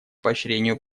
поощрению